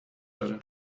داره